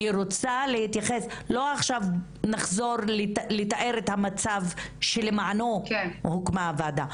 אני רוצה שלא נחזור עכשיו לתאר את המצב שלמענו הוקמה הוועדה.